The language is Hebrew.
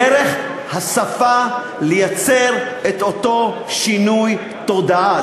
דרך השפה לייצר את אותו שינוי תודעה,